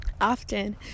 often